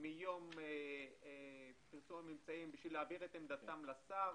מיום פרסום הממצאים בשביל להעביר את עמדתם לשר.